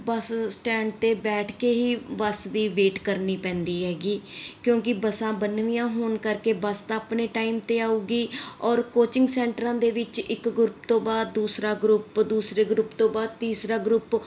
ਬੱਸ stand 'ਤੇ ਬੈਠ ਕੇ ਹੀ ਬੱਸ ਦੀ ਵੇਟ ਕਰਨੀ ਪੈਂਦੀ ਹੈਗੀ ਕਿਉਂਕਿ ਬੱਸਾਂ ਬੰਨਵੀਆਂ ਹੋਣ ਕਰਕੇ ਬੱਸ ਤਾਂ ਆਪਣੇ ਟਾਈਮ 'ਤੇ ਆਊਗੀ ਔਰ ਕੋਚਿੰਗ ਸੈਂਟਰਾਂ ਦੇ ਵਿੱਚ ਇੱਕ ਗਰੁੱਪ ਤੋਂ ਬਾਅਦ ਦੂਸਰਾ ਗਰੁੱਪ ਦੂਸਰੇ ਗਰੁੱਪ ਤੋਂ ਬਾਅਦ ਤੀਸਰਾ ਗਰੁੱਪ